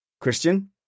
Christian